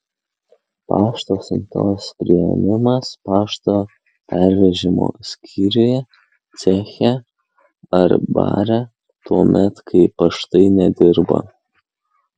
pašto siuntos priėmimas pašto pervežimo skyriuje ceche ar bare tuomet kai paštai nedirba